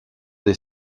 des